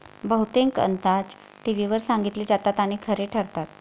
बहुतेक अंदाज टीव्हीवर सांगितले जातात आणि खरे ठरतात